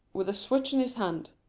with a switch in his hand.